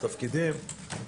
תפקידים,